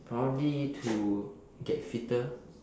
probably to get fitter